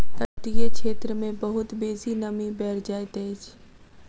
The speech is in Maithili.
तटीय क्षेत्र मे बहुत बेसी नमी बैढ़ जाइत अछि